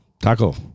Taco